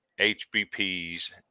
HBP's